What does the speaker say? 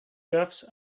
cuffs